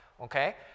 okay